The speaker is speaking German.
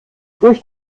durch